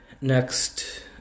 next